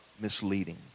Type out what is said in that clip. misleading